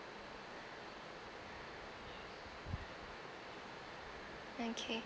okay